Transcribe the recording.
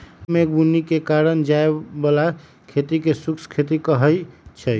कम मेघ बुन्नी के करे जाय बला खेती के शुष्क खेती कहइ छइ